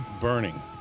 burning